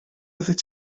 oeddet